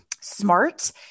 smart